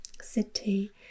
city